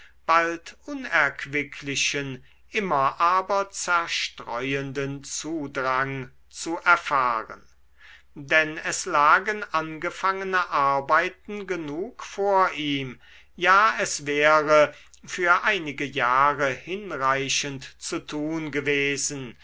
bald unerquicklichen immer aber zerstreuenden zudrang zu erfahren denn es lagen angefangene arbeiten genug vor ihm ja es wäre für einige jahre hinreichend zu tun gewesen